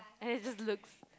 and it just looks